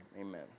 amen